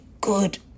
good